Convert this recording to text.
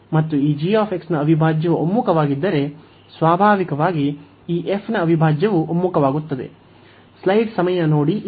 ಮತ್ತು ಈ g ನ ಅವಿಭಾಜ್ಯವು ಒಮ್ಮುಖವಾಗಿದ್ದರೆ ಸ್ವಾಭಾವಿಕವಾಗಿ ಈ fನ ಅವಿಭಾಜ್ಯವೂ ಒಮ್ಮುಖವಾಗುತ್ತದೆ